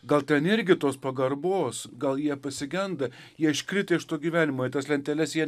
gal ten irgi tos pagarbos gal jie pasigenda jie iškritę iš to gyvenimo į tas lenteles jie